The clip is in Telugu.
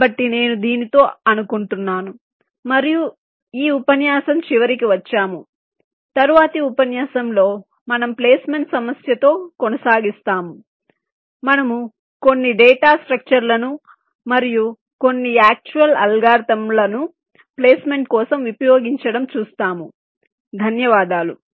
కాబట్టి నేను దీనితో అనుకుంటున్నాను మనము ఈ ఉపన్యాసం చివరికి వచ్చాము తరువాతి ఉపన్యాసంలో మనము ప్లేస్మెంట్ సమస్యతో కొనసాగిస్తాము మనము కొన్ని డేటా స్ట్రక్చర్ లను మరియు కొన్ని యాక్టుల్ అల్గారిథమ్లను ప్లేస్మెంట్ కోసం ఉపయోగించడం చూస్తాము